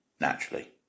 naturally